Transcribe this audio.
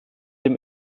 dem